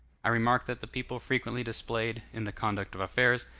i remarked that the people frequently displayed, in the conduct of affairs,